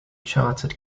chartered